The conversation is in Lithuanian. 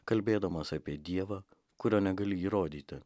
kalbėdamas apie dievą kurio negali įrodyti